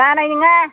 जानाय नोङा